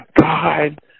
God